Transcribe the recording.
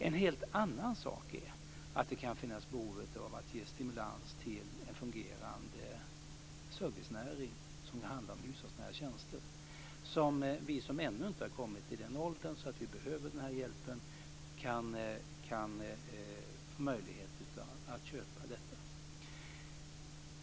En helt annan sak är att det kan finnas behov av att ge stimulans till en fungerande servicenäring som handlar om hushållsnära tjänster, som vi som ännu inte har kommit till den ålder då vi behöver den här hjälpen kan få möjlighet att köpa.